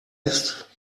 ist